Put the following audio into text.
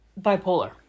Bipolar